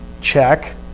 check